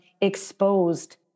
exposed